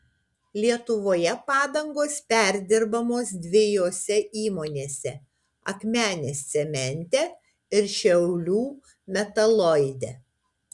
lietuvoje padangos perdirbamos dviejose įmonėse akmenės cemente ir šiaulių metaloide